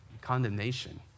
condemnation